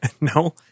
No